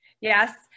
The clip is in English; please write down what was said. yes